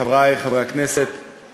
חברי חברי הכנסת,